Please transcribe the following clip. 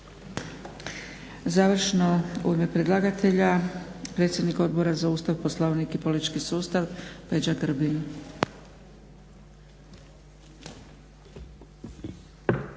Završno u ime predlagatelja predsjednik Odbora za Ustav, Poslovnik i politički sustav Peđa Grbin.